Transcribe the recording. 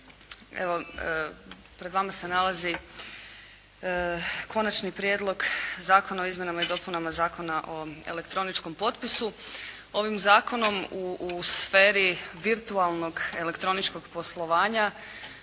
Evo, pred vama se nalazi Konačni prijedlog zakona o izmjenama i dopunama Zakona o elektroničkom potpisu. Ovim zakonom u sferi virtualnog elektroničkog poslovanja